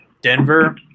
Denver